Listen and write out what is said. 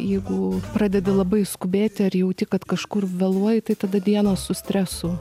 jeigu pradedi labai skubėti ar jauti kad kažkur vėluoji tai tada dieną su stresu